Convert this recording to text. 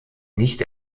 nicht